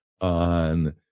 on